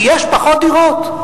כי יש פחות דירות.